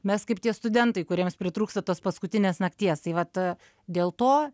mes kaip tie studentai kuriems pritrūksta tos paskutinės nakties tai vat dėl to